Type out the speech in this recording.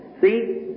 See